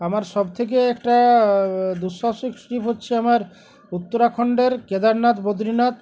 আমার সব থেকে একটা দুঃসাহসিক ট্রিপ হচ্ছে আমার উত্তরাখণ্ডের কেদারনাথ বদ্রীনাথ